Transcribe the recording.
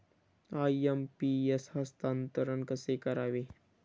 IMPS हस्तांतरण कसे करावे?